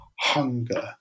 hunger